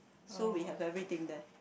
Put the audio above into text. so we have everything there